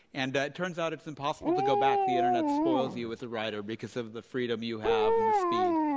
and it turns out it's impossible to go back. the internet spoils you as a writer because of the freedom you have and the speed.